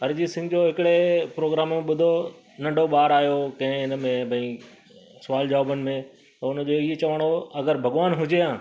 अरिजीत सिंह जो हिकिड़े प्रोग्राम में ॿुधो नंढो ॿार आयो तंहिं हिनमें भाई सवाल जवाबनि में हुनजो हीअ चवणो अगरि भॻवानु हुजे हा